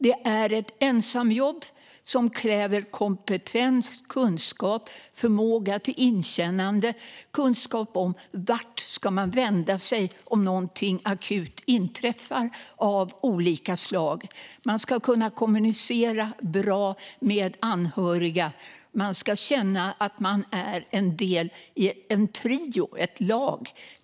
Det är ett ensamjobb som kräver kompetens, kunskap, förmåga till inkännande och kunskap om vart man ska vända sig om akuta händelser av olika slag inträffar. Man ska kunna kommunicera väl med anhöriga. Man ska känna att man är en del av en trio, ett lag.